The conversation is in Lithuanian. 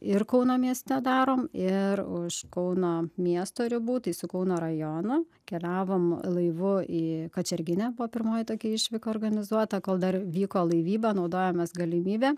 ir kauno mieste darom ir už kauno miesto ribų tai su kauno rajonu keliavom laivu į kačerginę buvo pirmoji tokia išvyka organizuota kol dar vyko laivyba naudojomės galimybe